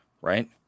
right